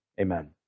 Amen